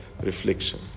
reflection